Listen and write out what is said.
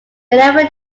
eleven